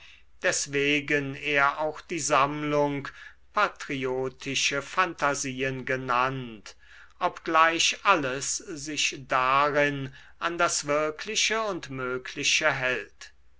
deswegen er auch die sammlung patriotische phantasien genannt obgleich alles sich darin an das wirkliche und mögliche hält